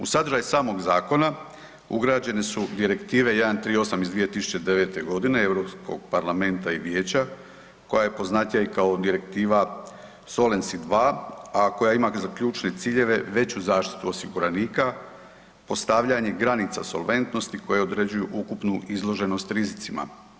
U sadržaj samog zakona ugrađene su Direktive 138 iz 2009. godine Europskog parlamenta i vijeća koja je poznatija i kao direktiva Solvency II, a koja ima za ključne ciljeve veću zaštitu osiguranika, postavljanje granica solventnosti koje određuju ukupnu izloženost rizicima.